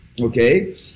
Okay